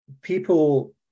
people